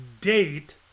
date